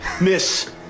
Miss